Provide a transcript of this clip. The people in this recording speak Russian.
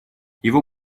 его